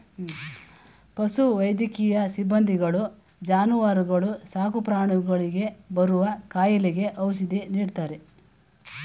ಪಶು ವೈದ್ಯಕೀಯ ಸಿಬ್ಬಂದಿಗಳು ಜಾನುವಾರುಗಳು ಸಾಕುಪ್ರಾಣಿಗಳಿಗೆ ಬರುವ ಕಾಯಿಲೆಗೆ ಔಷಧಿ ನೀಡ್ತಾರೆ